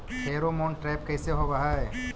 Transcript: Pheromone trap कैसे होब हई?